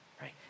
right